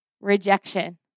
Rejection